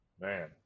Man